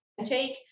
take